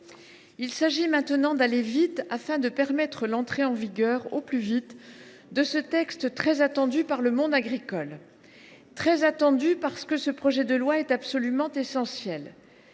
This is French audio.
Il s’agit maintenant d’aller vite afin de permettre l’entrée en vigueur rapide de ce texte très attendu par le monde agricole. Il est très attendu, parce qu’il est absolument essentiel.